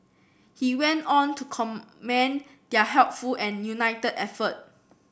he went on to commend their helpful and united effort